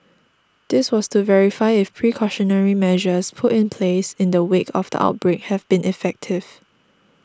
this was to verify if precautionary measures put in place in the wake of the outbreak have been effective